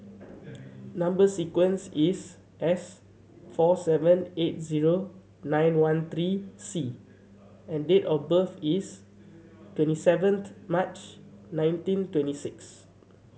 number sequence is S four seven eight zero nine one three C and date of birth is twenty seventh March nineteen twenty six